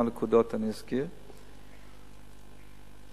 אני אזכיר כמה נקודות.